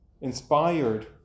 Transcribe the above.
Inspired